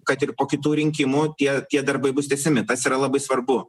kad ir po kitų rinkimų tie tie darbai bus tęsiami tas yra labai svarbu